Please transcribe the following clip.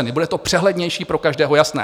Bude to přehlednější, pro každého jasné.